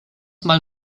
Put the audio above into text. mal